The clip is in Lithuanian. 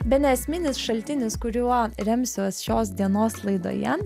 bene esminis šaltinis kuriuo remsiuos šios dienos laidoje